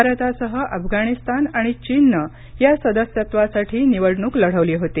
भारतासह अफगाणिस्तान आणि चीनन या सदस्यत्वासाठी निवडणूक लढवली होती